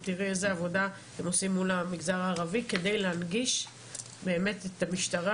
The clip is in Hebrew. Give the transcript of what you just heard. ותראו איזו עבודה הם עושים מול המגזר הערבי כדי להנגיש באמת את המשטרה,